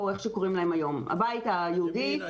הבית היהודי,